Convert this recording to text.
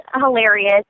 hilarious